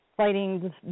Fighting